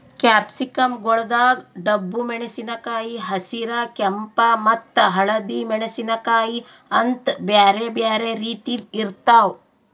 capsicum ಗೊಳ್ದಾಗ್ ಡಬ್ಬು ಮೆಣಸಿನಕಾಯಿ, ಹಸಿರ, ಕೆಂಪ ಮತ್ತ ಹಳದಿ ಮೆಣಸಿನಕಾಯಿ ಅಂತ್ ಬ್ಯಾರೆ ಬ್ಯಾರೆ ರೀತಿದ್ ಇರ್ತಾವ್